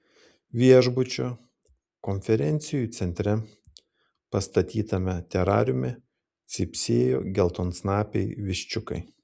viešbučio konferencijų centre pastatytame terariume cypsėjo geltonsnapiai viščiukai